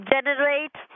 Generate